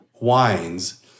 wines